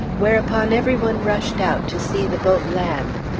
whereupon every one rushed out to see the boat land.